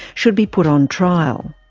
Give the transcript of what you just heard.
should be put on trial.